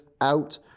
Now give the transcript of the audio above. out